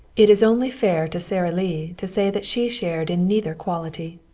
it is only fair to sara lee to say that she shared in neither quality.